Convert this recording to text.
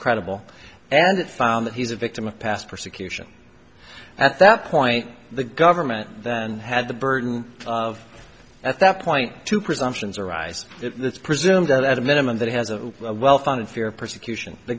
credible and found that he's a victim of past persecution at that point the government then had the burden of at that point to presumptions arise that it's presumed that at a minimum that has a well founded fear of persecution the